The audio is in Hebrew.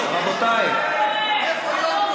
בושה, איפה יום טוב?